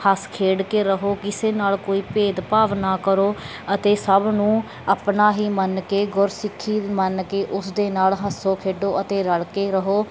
ਹੱਸ ਖੇਡ ਕੇ ਰਹੋ ਕਿਸੇ ਨਾਲ ਕੋਈ ਭੇਦਭਾਵ ਨਾ ਕਰੋ ਅਤੇ ਸਭ ਨੂੰ ਆਪਣਾ ਹੀ ਮੰਨ ਕੇ ਗੁਰਸਿੱਖੀ ਮੰਨ ਕੇ ਉਸਦੇ ਨਾਲ ਹੱਸੋ ਖੇਡੋ ਅਤੇ ਰਲ ਕੇ ਰਹੋ